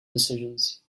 decisions